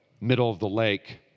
middle-of-the-lake